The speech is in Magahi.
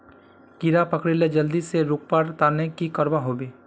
कीड़ा पकरिले जल्दी से रुकवा र तने की करवा होबे?